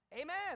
Amen